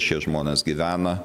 šie žmonės gyvena